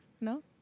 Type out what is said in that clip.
No